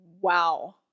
Wow